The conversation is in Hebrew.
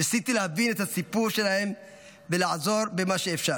ניסיתי להבין את הסיפור שלהם ולעזור במה שאפשר.